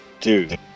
Dude